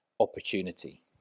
Opportunity